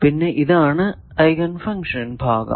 പിന്നെ ഇതാണ് eigenfunction ഭാഗം